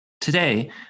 Today